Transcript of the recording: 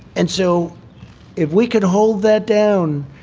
and so if we could hold that down,